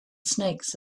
snakes